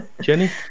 Jenny